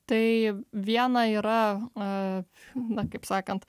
taip viena yra a na kaip sakant